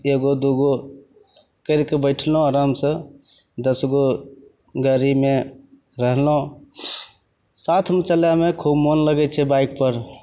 एगो दुगो करिके बैठलहुँ आरामसे दसगो गाड़ीमे रहलहुँ साथमे चलैमे खूब मोन लागै छै बाइकपर